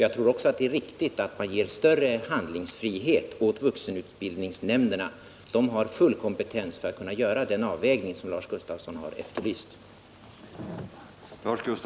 Jag tror också att det är riktigt att ge vuxenutbildningsnämnderna större handlingsfrihet. De har full kompetens för att göra den avvägning som Lars Gustafsson har efterlyst.